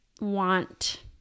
want